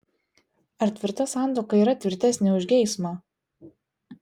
ar tvirta santuoka yra tvirtesnė už geismą